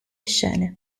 scene